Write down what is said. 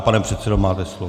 Pane předsedo, máte slovo.